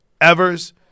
Evers